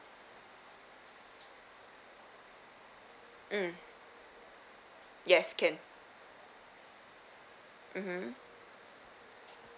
um yes can mmhmm